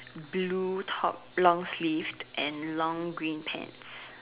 blue top long sleeved and long green pants